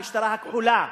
המשטרה הכחולה,